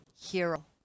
hero